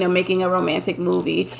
yeah making a romantic movie,